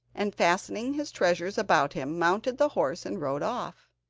and fastening his treasures about him mounted the horse and rode off.